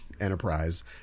Enterprise